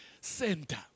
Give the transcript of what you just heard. center